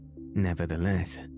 Nevertheless